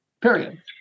period